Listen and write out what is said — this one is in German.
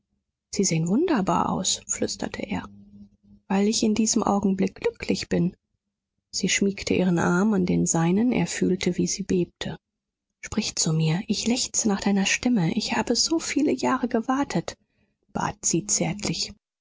sie sehen wunderbar aus flüsterte er weil ich in diesem augenblick glücklich bin sie schmiegte ihren arm an den seinen er fühlte wie sie bebte sprich zu mir ich lechze nach deiner stimme ich habe so viele jahre gewartet bat sie zärtlich